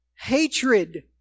hatred